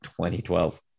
2012